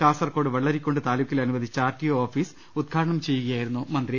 Kasaragod Vellarikundu താലൂക്കിൽ അനുവദിച്ച RTO office ഉദ്ഘാ ടനം ചെയ്ത് സംസാരിക്കുകയായിരുന്നു മന്ത്രി